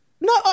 No